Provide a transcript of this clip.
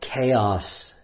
chaos